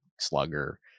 slugger